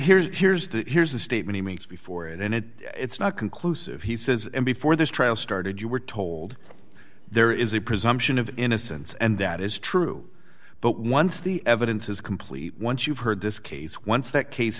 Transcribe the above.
here's here's the here's the statement he makes before and it it's not conclusive he says and before this trial started you were told there is a presumption of innocence and that is true but once the evidence is complete once you've heard this case once that case